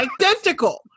identical